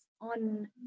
on